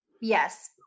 yes